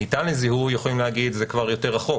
"ניתן לזיהוי" יכולים להגיד שזה כבר יותר רחוק.